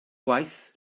gwaith